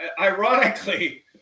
ironically